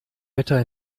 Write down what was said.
wetter